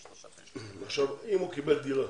אם הוא קיבל דירה,